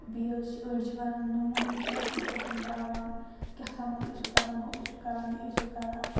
بیٚیہِ حظ چھِ أڑۍ چھِ وَنان نوٗن ٲسِو اَتھَس پٮ۪ٹھ ترٛاوان کیٛاہ تامَتھ ٲسِو کَران ہُہ ٲسِو کَران یہِ ٲسِو کَران